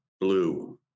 Blue